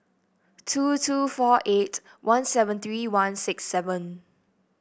two two four eight one seven three one six seven